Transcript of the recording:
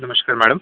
नमस्कार मॅडम